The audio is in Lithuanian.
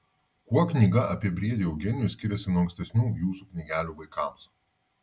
kuo knyga apie briedį eugenijų skiriasi nuo ankstesnių jūsų knygelių vaikams